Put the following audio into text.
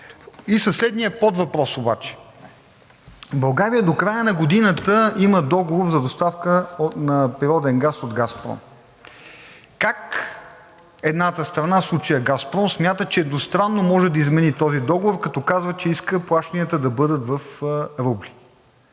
И със следния подвъпрос обаче. България до края на годината има договор за доставка на природен газ от „Газпром“. Как едната страна, в случая „Газпром“, смята, че едностранно може да измени този договор, като казва, че иска плащанията да бъдат в рубли.